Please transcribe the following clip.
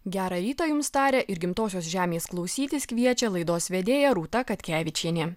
gera ryto jums tarė ir gimtosios žemės klausytis kviečia laidos vedėja rūta katkevičienė